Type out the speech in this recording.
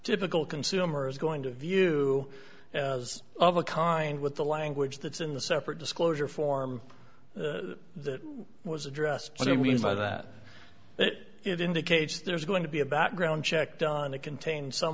typical consumer is going to view as of a kind with the language that's in the separate disclosure form that was addressed so you mean by that it it indicates there's going to be a background check done that contains some